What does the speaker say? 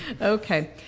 Okay